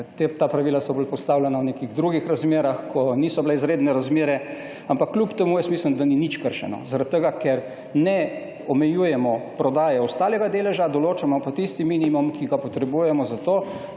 ta pravila so bila postavljena v nekih drugih razmerah, ko niso bile izredne razmere. Ampak kljub temu mislim, da ni nič kršeno, ker ne omejujemo prodaje ostalega deleža, določamo pa tisti minimum, ki ga potrebujemo, da